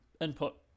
input